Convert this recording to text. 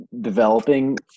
developing